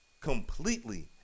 completely